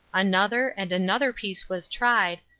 another, and another piece was tried,